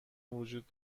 وجود